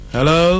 Hello